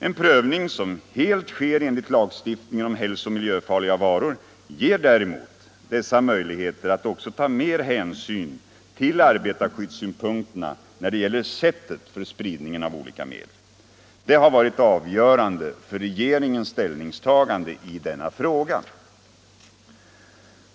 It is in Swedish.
En prövning som helt sker enligt lagstiftningen om hälsooch miljöfarliga varor ger däremot dessa möjligheter att också ta mer hänsyn till arbetarskyddssynpunkterna när det gäller sättet för spridningen av olika medel. Det har varit avgörande för regeringens ställningstagande i denna fråga.